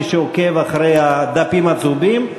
מי שעוקב בדפים הצהובים.